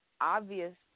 obvious